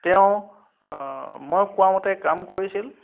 তেওঁ মই কোৱা মতে কাম কৰিছিল